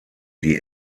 die